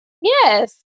Yes